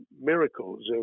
miracles